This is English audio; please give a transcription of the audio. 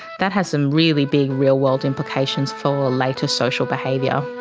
that has some really big real-world implications for later social behaviour.